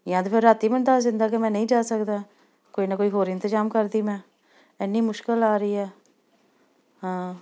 ਜਾਂ ਤਾਂ ਫਿਰ ਰਾਤ ਮੈਨੂੰ ਦੱਸ ਦਿੰਦਾ ਕਿ ਮੈਂ ਨਹੀਂ ਜਾ ਸਕਦਾ ਕੋਈ ਨਾ ਕੋਈ ਹੋਰ ਇੰਤਜ਼ਾਮ ਕਰਦੀ ਮੈਂ ਇੰਨੀ ਮੁਸ਼ਕਿਲ ਆ ਰਹੀ ਆ ਹਾਂ